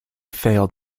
failed